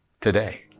today